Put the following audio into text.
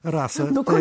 rasa tai